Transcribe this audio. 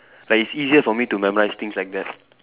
like it's easier for me to memorise things like that